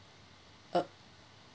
uh